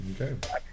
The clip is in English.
okay